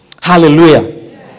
Hallelujah